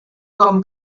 com